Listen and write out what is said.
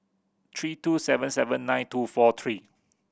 three two seven seven nine two four three